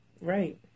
Right